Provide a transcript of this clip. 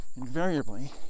invariably